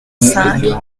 cinq